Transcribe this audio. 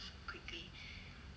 quickly